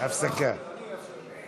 אני אאפשר את זה.